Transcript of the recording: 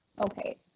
okay